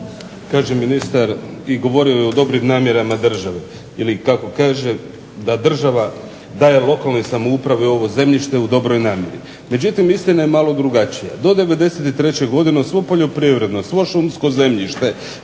Kaže ministar i govorio o je o dobrim namjerama države ili kako kaže da država daje lokalnoj samoupravi ovo zemljište u dobroj namjeri. Međutim, istina je malo drugačija. Do '93. godine svo poljoprivredno, svo šumsko zemljište